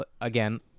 again